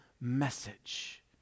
message